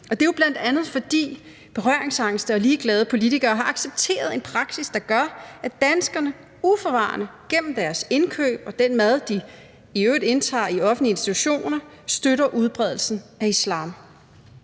Det er jo bl.a., fordi berøringsangste og ligeglade politikere har accepteret en praksis, der gør, at danskerne uforvarende gennem deres indkøb og den mad, som de i øvrigt indtager i offentlige institutioner, støtter udbredelsen af islam.